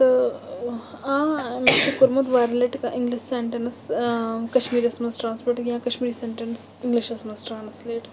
تہٕ آ مےٚ چھِ کوٚرمُت واریاہ لَٹہِ کانٛہہ اِنٛگلِش سٮ۪نٹٮ۪نٕس کشمیٖریَس منٛز یا کَشمیٖری سٮ۪نٹٮ۪نٕس اِنٛگلِشَس مَنٛز ٹرٛانٕسلیٹ